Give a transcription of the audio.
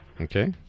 Okay